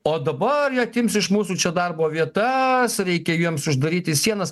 o dabar jie atims iš mūsų čia darbo vietas reikia jiems uždaryti sienas